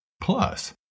Plus